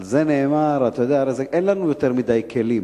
על זה נאמר, אתה יודע, אין לנו יותר מדי כלים.